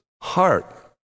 heart